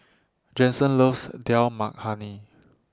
Jensen loves Dal Makhani